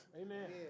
Amen